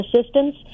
assistance